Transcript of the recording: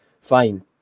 fine